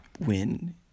Win